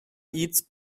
eats